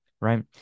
right